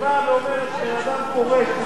יש לו כסף מסוים,